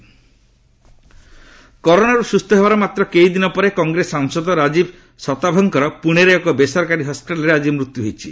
ରାଜୀବ ସତଭ କରୋନାରୁ ସୁସ୍ଥ ହେବାର ମାତ୍ର କେଇଦିନ ପରେ କଂଗ୍ରେସ ସାଂସଦ ରାଜୀବ ସତଭଙ୍କର ପୁଣେର ଏକ ବେସରକାରୀ ହସ୍କିଟାଲ୍ରେ ଆଜି ମୃତ୍ୟୁ ହୋଇଛି